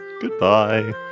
Goodbye